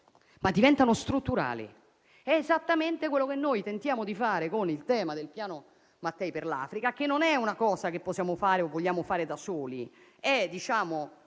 ma diventano strutturali. È esattamente quello che tentiamo di fare con il tema del piano Mattei per l'Africa, che non è una cosa che possiamo o vogliamo fare da soli. Si